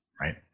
right